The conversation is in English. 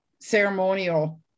ceremonial